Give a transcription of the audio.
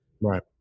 right